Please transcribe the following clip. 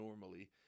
normally